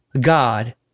God